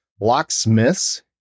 locksmiths